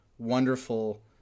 wonderful